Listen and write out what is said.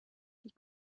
die